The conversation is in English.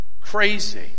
crazy